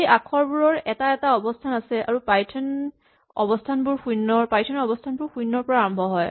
এই আখৰবোৰৰ এটা এটা অৱস্হান আছে আৰু পাইথন ৰ অৱস্হানবোৰ শূণ্যৰ পৰা আৰম্ভ হয়